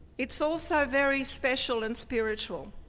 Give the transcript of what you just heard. it's also very special and spiritual.